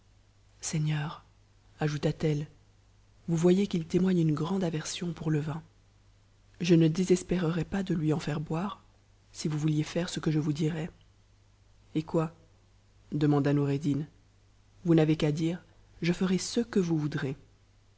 seigneur ajouta-t-elle vous voyez u'i témoigne une grande aversion pour le vin je ne désespérerais pas jcjui en faire boire si vous vouliez faire ce que je vous dirais et dnoi demanda noureddin vous n'avez qu'à dire je ferai ce que vous voudrez